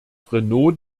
renault